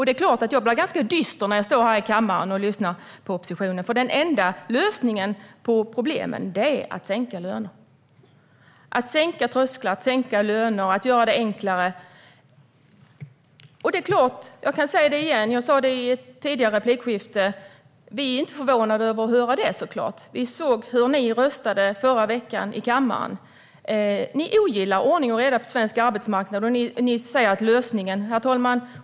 Det är klart att jag blir ganska dyster när jag står här i kammaren och lyssnar på oppositionen, för deras enda lösning på problemen är att sänka löner. Det handlar bara om att sänka trösklar, att sänka löner och att göra detta enklare. Jag kan säga samma sak igen som jag sa i tidigare replikskifte: Vi är såklart inte förvånade över att höra det. Vi såg hur ni röstade förra veckan i kammaren. Ni ogillar ordning och reda på svensk arbetsmarknad.